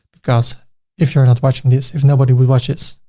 because if you're not watching this, if nobody would watch it,